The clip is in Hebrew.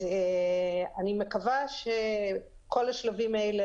אני מקווה שכל השלבים האלה,